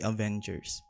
Avengers